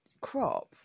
crop